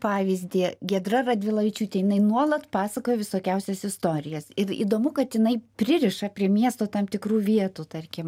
pavyzdį giedra radvilavičiūtė jinai nuolat pasakoja visokiausias istorijas ir įdomu kad jinai pririša prie miesto tam tikrų vietų tarkim